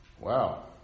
wow